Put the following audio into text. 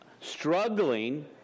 struggling